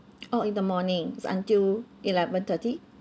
oh in the morning so until eleven thirty